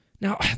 Now